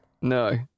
no